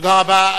תודה רבה.